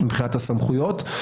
מבחינת הסמכויות,